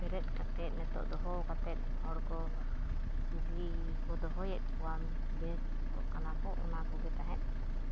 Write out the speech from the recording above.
ᱵᱮᱨᱮᱫ ᱠᱟᱛᱮᱫ ᱱᱤᱛᱚᱜ ᱫᱚᱦᱚ ᱠᱟᱛᱮᱫ ᱦᱚᱲ ᱠᱚ ᱵᱩᱜᱤ ᱠᱚ ᱫᱚᱦᱚᱭᱮᱫ ᱠᱚᱣᱟ ᱵᱮᱥᱚᱜ ᱠᱟᱱᱟ ᱠᱚ ᱚᱱᱟ ᱠᱚᱜᱮ ᱛᱟᱦᱮᱸᱫ